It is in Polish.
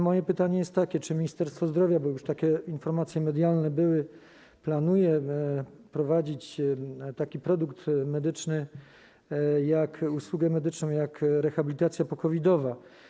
Moje pytanie jest takie: Czy Ministerstwo Zdrowia, bo już takie informacje medialne były, planuje wprowadzić taki produkt medyczny, taką usługę medyczną jak rehabilitacja po-COVID-owa?